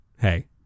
hey